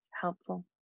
helpful